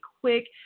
quick